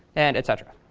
and et cetera.